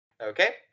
Okay